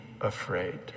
afraid